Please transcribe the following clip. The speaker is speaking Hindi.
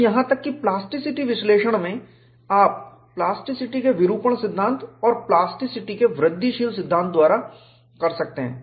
तो यहां तक कि प्लास्टिसिटी विश्लेषण में आप प्लास्टिसिटी के विरूपण सिद्धांत और प्लास्टिसिटी के वृद्धिशील सिद्धांत द्वारा कर सकते हैं